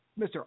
Mr